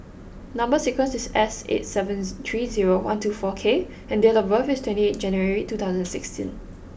number sequence is S eight seven three zero one two four K and date of birth is twenty eight January two thousand and sixteen